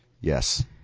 Yes